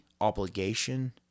obligation